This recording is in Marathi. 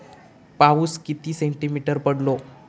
पाऊस किती सेंटीमीटर पडलो?